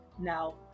now